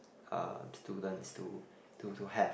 um students to to to have